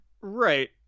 Right